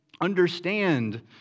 understand